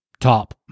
top